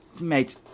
mate